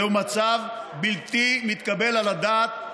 זהו מצב בלתי מתקבל על הדעת,